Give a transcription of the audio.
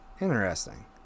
interesting